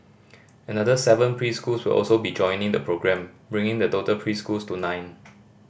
another seven preschools will also be joining the programme bringing the total preschools to nine